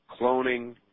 cloning